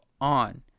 on